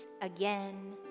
again